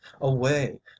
away